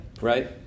right